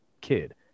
kid